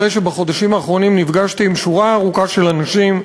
אחרי שבחודשים האחרונים נפגשתי עם שורה ארוכה של אנשים,